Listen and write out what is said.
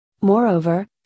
moreover